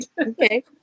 okay